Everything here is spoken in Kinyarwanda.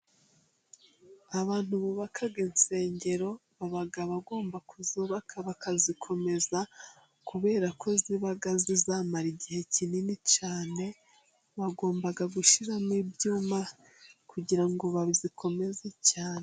Abantu bubaka insengero baba bagomba kuzubaka bakazikomeza , kubera ko ziba zizamara igihe kinini cyane. Bagomba gushyiramo ibyuma kugira ngo bazikomeze cyane.